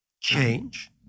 change